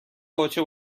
پاچه